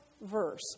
verse